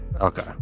Okay